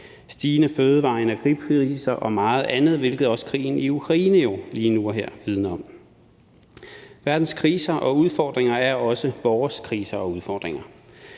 stigende fødevare- og energipriser og meget andet, hvilket også krigen i Ukraine lige nu og her vidner om. Verdens kriser og udfordringer er også vores kriser og udfordringer.